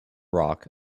rock